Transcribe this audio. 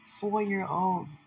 four-year-old